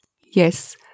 Yes